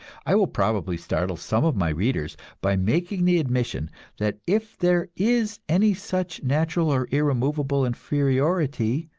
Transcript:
i will probably startle some of my readers by making the admission that if there is any such natural or irremovable inferiority,